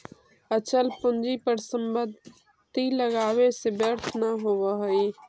अचल पूंजी पर संपत्ति लगावे से व्यर्थ न होवऽ हई